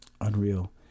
Unreal